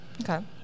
Okay